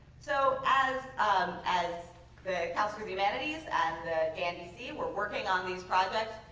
so as um as the council for the humanities and the jnbc were working on these projects,